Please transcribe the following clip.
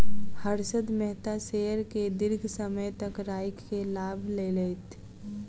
Harshad Mehta share के दीर्घ समय तक राइख के लाभ लेलैथ